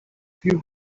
few